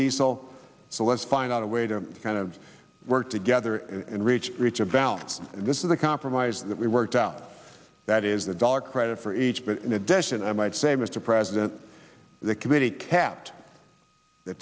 diesel so let's find out a way to kind of work together and reach reach a balance this is the compromise that we worked out that is the dollar credit for each but in addition i might say mr president the committee capped the